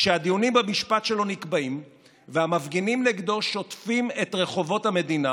כשהדיונים במשפט שלו נקבעים והמפגינים נגדו שוטפים את רחובות המדינה,